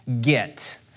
get